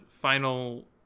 final